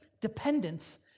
dependence